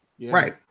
right